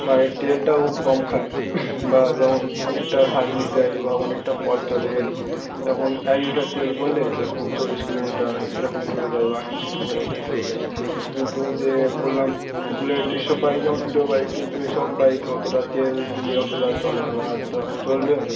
বা এর তেলটাও খুব কম খায় বা যেমন অনেকটা সার্ভিস দেয় বা অনেকটা পথ চলে এর যেমন এক লিটার তেল পড়লে যে রকম চল্লিশ কিলোমিটার এ রকম চলে যায় বা আটত্রিশ কিলোমিটার এ রকম চলে যায় কিন্তু যে বললাম বুলেট এই সব বাইক আমার প্রিয় বাইক কিন্তু এই সব বাইক অতটা তেল দিলে অতটা চলে না বা এতটা চলবেও না